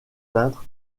peintre